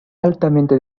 altamente